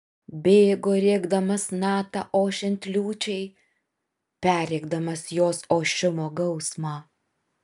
bėgo rėkdamas natą ošiant liūčiai perrėkdamas jos ošimo gausmą